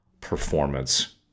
performance